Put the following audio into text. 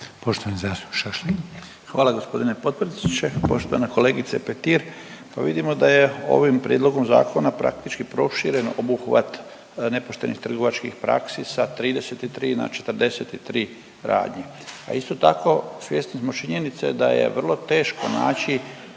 Stipan (HDZ)** Hvala g. potpredsjedniče. Poštovana kolegice Petir, pa vidimo da je ovim prijedlogom zakona praktički proširen obuhvat nepoštenih trgovačkih praksi sa 33 na 43 radnje. A isto tako svjesni smo činjenice da je vrlo teško naći